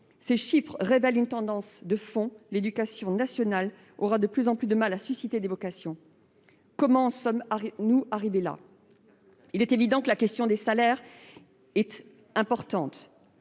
Ces chiffres révèlent une tendance de fond : l'éducation nationale aura de plus en plus de mal à susciter des vocations. Comment en sommes-nous arrivés là ? Il est évident que la question des salaires est importante.